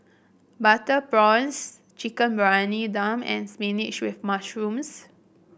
Butter Prawns Chicken Briyani Dum and spinach with mushrooms